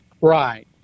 Right